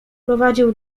prowadził